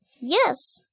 Yes